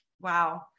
wow